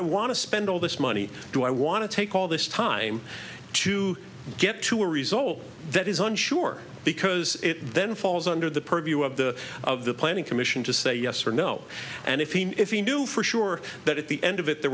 i want to spend all this money do i want to take all this time to get to a result that is unsure because then falls under the purview of the of the planning commission to say yes or no and if he if he knew for sure that at the end of it there